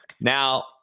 Now